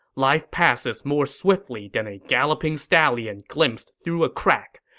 life passes more swiftly than a galloping stallion glimpsed through a crack.